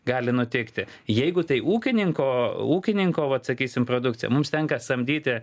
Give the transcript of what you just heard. gali nutikti jeigu tai ūkininko ūkininko vat sakysim produkcija mums tenka samdyti